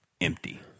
empty